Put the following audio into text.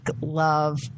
love